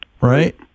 right